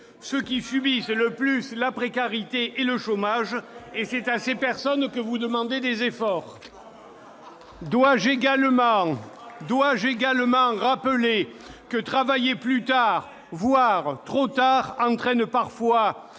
ceux qui subissent la précarité et le chômage. C'est à ces personnes que vous demandez des efforts ! Dois-je également rappeler que travailler plus tard, voire trop tard, entraîne parfois